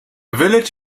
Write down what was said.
village